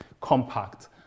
compact